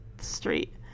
Street